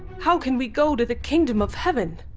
how can we go to the kingdom of heaven?